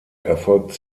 erfolgt